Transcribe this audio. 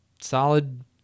solid